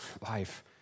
life